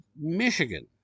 Michigan